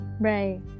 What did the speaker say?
Right